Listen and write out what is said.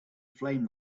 flame